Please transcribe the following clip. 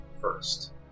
first